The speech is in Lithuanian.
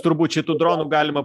turbūt šitų dronų galima